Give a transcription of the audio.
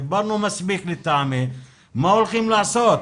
לטעמי דיברנו מספיק וצריך לקבל תשובות שיאמרו מה הולכים לעשות.